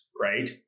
right